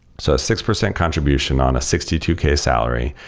so a six percent contribution on a sixty two k salary,